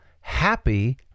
happy